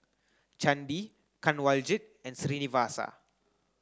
Chandi Kanwaljit and Srinivasa